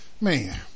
Man